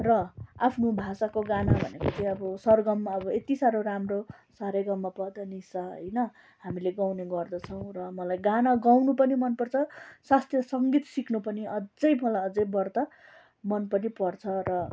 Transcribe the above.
र आफ्नो भाषाको गाना भनेको चाहिँ अब सरगम अब यति साह्रो राम्रो सारेगमपधनिस होइन हामीले गाउने गर्दछौँ र मलाई गाना गाउनु पनि मनपर्छ शास्त्रीय सङ्गीत सिक्नु पनि अझै मलाई अझै बढ्ता मन पनि पर्छ र